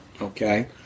Okay